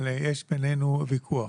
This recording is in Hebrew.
אבל יש בינינו ויכוח.